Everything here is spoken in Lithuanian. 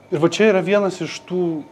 ir va čia yra vienas iš tų